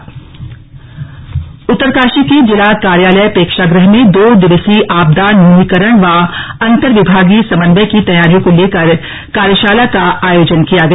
आपदा प्रबंधन कार्यशाला उत्तरकाशी के जिला कार्यालय प्रेक्षागृह में दो दिवसीय आपदा न्यूनीकरण व अर्न्तविभागीय समन्वय की तैयारियों को लेकर कार्यशाला का आयोजन किया गया